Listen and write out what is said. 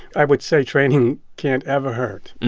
i would say training can't ever hurt